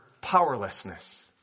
powerlessness